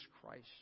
Christ